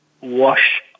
wash